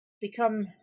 become